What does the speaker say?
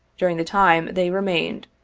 during the time they remained,